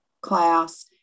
class